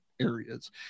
areas